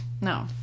No